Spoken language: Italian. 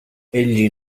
egli